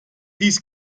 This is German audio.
dies